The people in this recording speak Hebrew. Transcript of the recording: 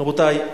רבותי,